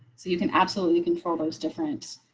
so you can absolutely control those different